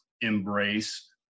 embrace